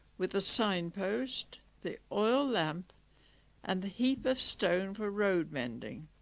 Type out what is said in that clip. with the signpost, the oil lamp and the heap of stone for road mending.